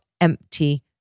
empty